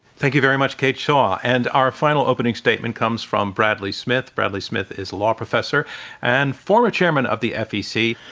thank you very much, kate shaw. and our final opening statement comes from bradley smith. bradley smith is a law professor and former chairman of the fec.